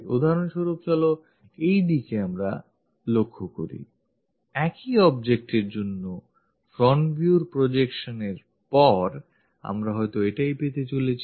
উদাহরণস্বরূপ চলো এই দিকে আমরা তাকাই একই object এর জন্য front view projection এর পর আমরা হয়তো এটাই পেতে চলেছি